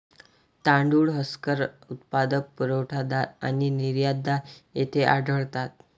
तांदूळ हस्कर उत्पादक, पुरवठादार आणि निर्यातदार येथे आढळतात